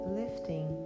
lifting